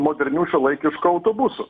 modernių šiuolaikiškų autobusų